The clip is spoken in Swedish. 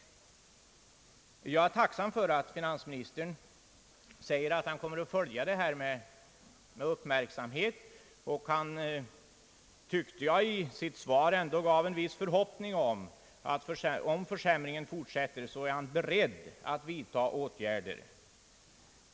Jag är tacksam över att finansministern säger att han kommer att följa detta med uppmärksamhet. Han gav, tyckte jag, i sitt svar ändå en viss förhoppning om att om försämringen på detta område fortsätter, så är han beredd att vidta åtgärder.